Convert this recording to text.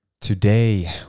Today